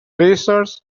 lizards